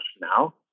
now